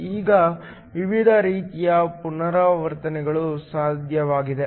ಈಗ ವಿವಿಧ ರೀತಿಯ ಪರಿವರ್ತನೆಗಳು ಸಾಧ್ಯವಿದೆ